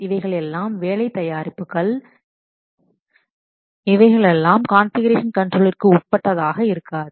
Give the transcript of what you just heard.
இவைகள் எல்லாம் வேலை தயாரிப்புகள் இவைகளெல்லாம் கான்ஃபிகுரேஷன் கண்ட்ரோலிற்கு உட்பட்டதாக இருக்காது